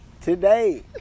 today